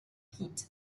heat